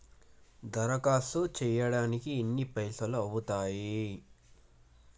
దరఖాస్తు చేయడానికి ఎన్ని పైసలు అవుతయీ?